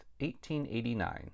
1889